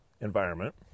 environment